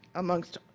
amongst